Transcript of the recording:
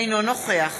אינו נוכח